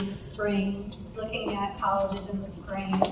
spring looking at colleges in the spring